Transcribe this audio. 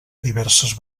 diverses